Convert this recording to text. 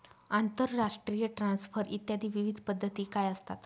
आंतरराष्ट्रीय ट्रान्सफर इत्यादी विविध पद्धती काय असतात?